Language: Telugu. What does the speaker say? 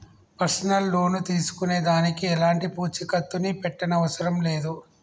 పర్సనల్ లోను తీసుకునే దానికి ఎలాంటి పూచీకత్తుని పెట్టనవసరం లేదు